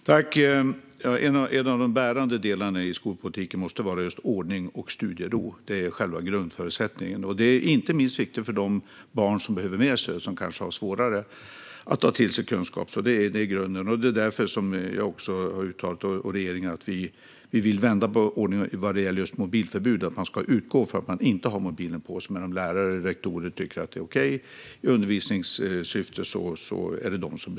Herr talman! En av de bärande delarna i skolpolitiken måste vara just ordning och studiero. Det är själva grundförutsättningen. Det är inte minst viktigt för de barn som behöver mer stöd och som kanske har svårare att ta till sig kunskap. Detta är alltså grunden. Det är därför som jag och regeringen har uttalat att vi vill vända på ordningen när det gäller mobilförbud. Man ska utgå från att mobilerna inte är på, men lärare eller rektorer kan besluta att det är okej i undervisningssyfte om de tycker så.